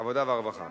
והבריאות נתקבלה.